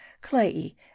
clayey